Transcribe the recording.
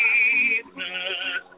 Jesus